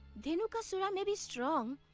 dhenukasura may be strong,